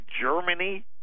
Germany